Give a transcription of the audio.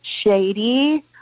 shady